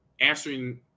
answering